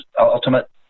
ultimate